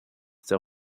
der